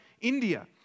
India